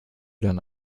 dann